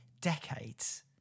decades